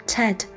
Ted